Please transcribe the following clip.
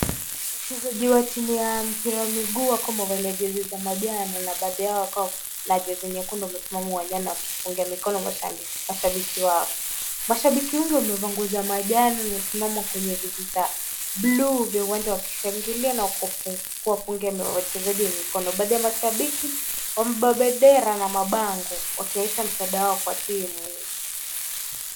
Wachezaji wa timu ya mpira wa miguu wakiwa wamevalia jezi za manjano na baadhi yao wakiwa na jezi nyekundu wamesimama uwanjani wakipunga mikono mashabiki. Mashabiki wengi wamevaa nguo za manjano wamesimama kwenye viti za blue vya uwanja wakishangilia na kuwapungia wachezaji mikono. Baadhi ya mashabiki wamebeba bendera na mabango wakionyesha msaada wao kwa timu.